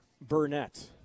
Burnett